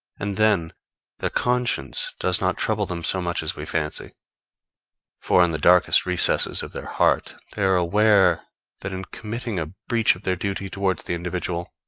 and then their conscience does not trouble them so much as we fancy for in the darkest recesses of their heart, they are aware that in committing a breach of their duty towards the individual,